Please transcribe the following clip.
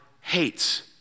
hates